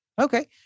Okay